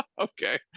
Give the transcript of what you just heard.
Okay